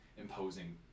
imposing